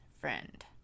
friend